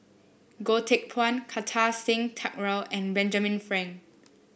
Goh Teck Phuan Kartar Singh Thakral and Benjamin Frank